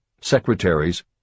secretaries